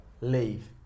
leave